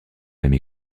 même